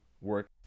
work